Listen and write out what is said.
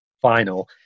final